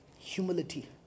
Humility